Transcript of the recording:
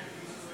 אופיר כץ,